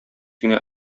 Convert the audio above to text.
генә